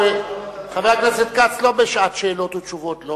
חבר הכנסת כץ לא בשעת שאלות ותשובות.